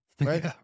right